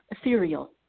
ethereal